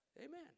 Amen